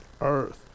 Earth